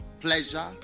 pleasure